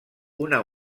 una